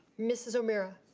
mrs. omara.